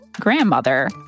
grandmother